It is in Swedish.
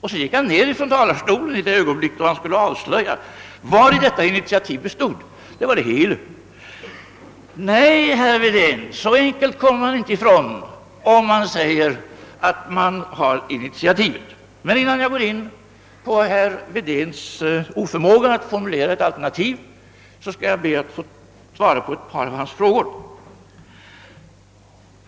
Sedan gick han ned från talarstolen — i det ögonblick han skulle ha avslöjat vari detta initiativ bestod. Nej, herr Wedén, så lätt kommer man inte undan, om man säger att man har initiativet! Men innan jag går närmare in på herr Wedéns oförmåga att formulera ett alternativ vill jag svara på några av hans frågor.